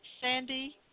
Sandy